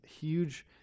huge